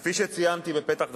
כפי שציינתי בפתח דברי,